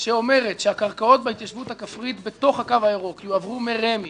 שאומרת שהקרקעות בהתיישבות הכפרית בתוך הקו הירוק יועברו מרמ"י,